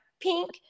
pink